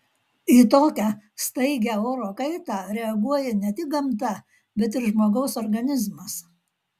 į tokią staigią oro kaitą reaguoja ne tik gamta bet ir žmogaus organizmas